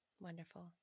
Wonderful